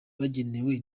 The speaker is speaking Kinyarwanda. bagenewe